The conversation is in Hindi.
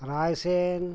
रायसेन